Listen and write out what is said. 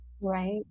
Right